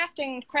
crafting